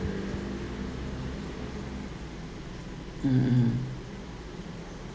mm mm